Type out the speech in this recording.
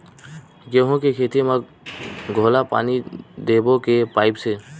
गेहूं के खेती म घोला पानी देबो के पाइप से?